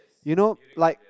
you know like